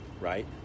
right